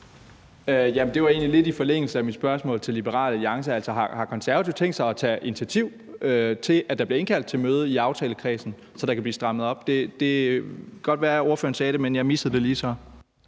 det er egentlig lidt i forlængelse af mit spørgsmål til Liberal Alliance. Har Konservative tænkt sig at tage initiativ til, at der bliver indkaldt til møde i aftalekredsen, så der kan blive strammet op? Det kan godt være, ordføreren sagde det, men jeg missede det lige så.